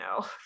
no